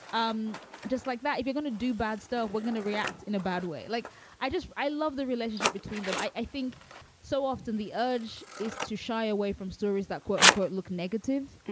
um just like that. if you're gonna do bad stuff, we're gonna react in a bad way. like i just i love the relationship between them. i i think so often the urge is to shy away from stories that quote unquote look negative.